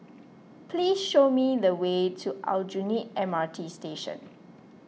please show me the way to Aljunied M R T Station